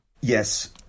Yes